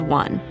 one